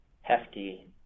hefty